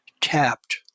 tapped